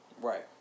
Right